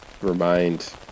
remind